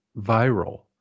viral